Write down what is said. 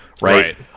right